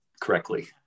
correctly